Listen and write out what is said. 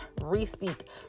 re-speak